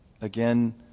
Again